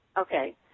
Okay